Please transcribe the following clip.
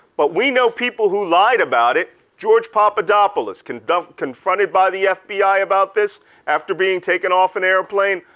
but we know people who lied about it. george papadopoulos kind of confronted by the fbi about this after being taken off an airplane,